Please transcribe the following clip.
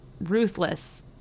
ruthless